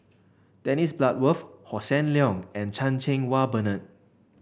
Dennis Bloodworth Hossan Leong and Chan Cheng Wah Bernard